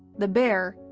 the bear,